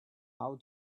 how